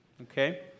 Okay